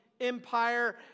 empire